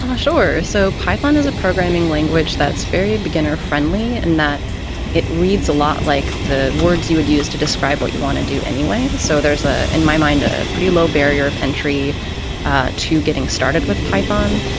um sure. so python is a programming language that's very beginner friendly and that it reads a lot like the words you would use to describe what you want to do anyway. so there's a in my mind, a pretty low barrier of entry to getting started with python.